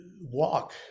walk